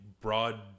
broad